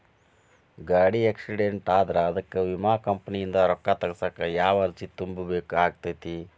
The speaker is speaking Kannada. ಗಾಡಿ ಆಕ್ಸಿಡೆಂಟ್ ಆದ್ರ ಅದಕ ವಿಮಾ ಕಂಪನಿಯಿಂದ್ ರೊಕ್ಕಾ ತಗಸಾಕ್ ಯಾವ ಅರ್ಜಿ ತುಂಬೇಕ ಆಗತೈತಿ?